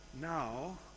now